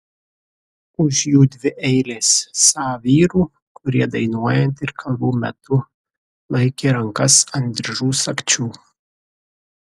už jų dvi eilės sa vyrų kurie dainuojant ir kalbų metu laikė rankas ant diržų sagčių